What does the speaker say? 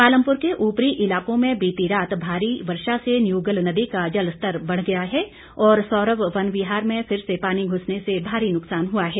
पालमपुर के ऊपरी इलाकों में बीती रात भारी वर्षा से न्यूगल नदी का जलस्तर बढ़ गया है और सौरव वन विहार में फिर से पानी घुसने से भारी नुकसान हुआ है